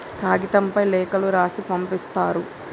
కాగితంపై లేఖలు రాసి పంపిస్తారు